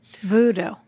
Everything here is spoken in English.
Voodoo